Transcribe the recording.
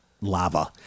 Lava